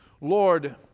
Lord